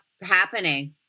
happening